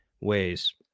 ways